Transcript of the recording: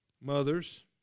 mothers